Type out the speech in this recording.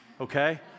okay